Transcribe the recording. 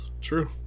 True